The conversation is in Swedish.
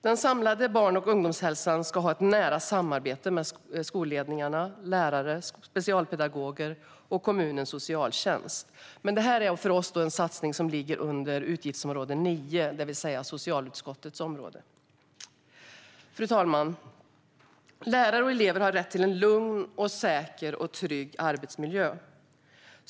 Den samlade barn och ungdomshälsan ska ha ett nära samarbete med skolledningar, lärare, specialpedagoger och kommunens socialtjänst. Denna satsning ligger dock under utgiftsområde 9, det vill säga inom socialutskottets område. Fru talman! Lärare och elever har rätt till en lugn, säker och trygg arbetsmiljö.